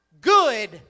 Good